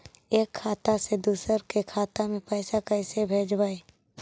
एक खाता से दुसर के खाता में पैसा कैसे भेजबइ?